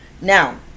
now